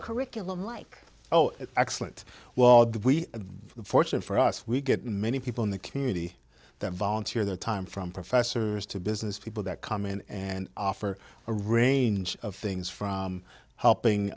curriculum like oh excellent well that we had the fortune for us we get many people in the community that volunteer their time from professors to business people that come in and offer a range of things from helping